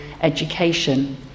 education